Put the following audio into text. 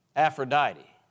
Aphrodite